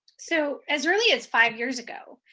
so as early as five years ago,